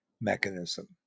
mechanism